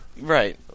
Right